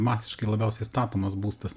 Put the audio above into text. masiškai labiausiai statomas būstas